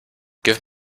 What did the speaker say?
give